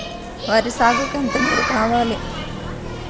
వరి సాగుకు ఎంత నీరు కావాలి?